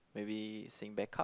maybe sing backup